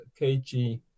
KG